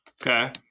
Okay